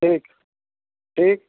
ठीक ठीक